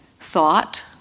thought